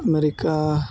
America